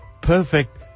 perfect